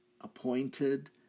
appointed